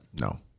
No